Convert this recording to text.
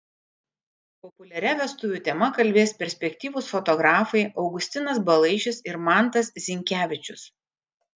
populiaria vestuvių tema kalbės perspektyvūs fotografai augustinas balaišis ir mantas zinkevičius